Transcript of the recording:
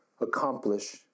accomplish